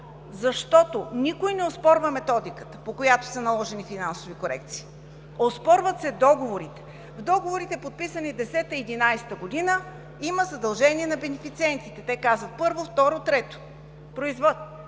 защото никой не оспорва методиката, по която са наложени финансови корекции – оспорват се договорите. В договорите, подписани 2010 – 2011 г. има задължения за бенефициентите, те казват: първо, второ, трето.